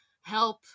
help